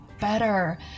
better